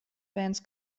bands